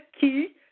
Key